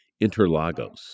Interlagos